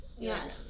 Yes